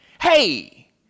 hey